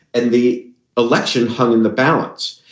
and the election hung in the balance.